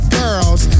girls